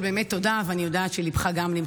בימים האחרונים מפורסם שהבכירים של הקרן החדשה